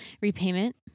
repayment